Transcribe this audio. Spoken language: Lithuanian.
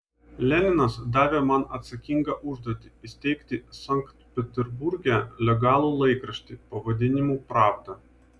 leninas davė man atsakingą užduotį įsteigti sankt peterburge legalų laikraštį pavadinimu pravda